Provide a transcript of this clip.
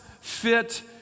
fit